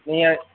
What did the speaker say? நீங்கள்